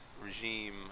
regime